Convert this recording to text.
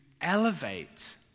elevate